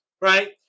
right